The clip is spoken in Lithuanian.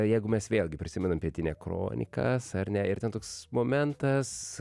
jeigu mes vėlgi prisimenam pietinia kronikas ar ne ir ten toks momentas